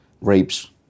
rapes